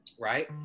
Right